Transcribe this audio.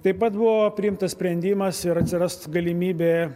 taip pat buvo priimtas sprendimas ir atsirast galimybė